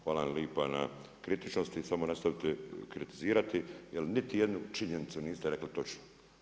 Hvala vam lipa na kritičnosti, samo nastavite kritizirati jer niti jednu činjenicu niste rekli točno.